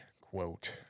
quote